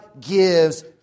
gives